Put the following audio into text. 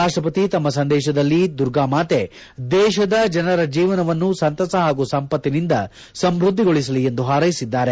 ರಾಷ್ಟಪತಿ ತಮ್ಮ ಸಂದೇಶದಲ್ಲಿ ದುರ್ಗಾಮಾತೆ ದೇಶದ ಜನರ ಜೀವನವನ್ನು ಸಂತಸ ಹಾಗೂ ಸಂಪತ್ತಿನಿಂದ ಸಂಮೃದ್ದಿಗೊಳಿಸಲಿ ಎಂದು ಹಾರೈಸಿದ್ದಾರೆ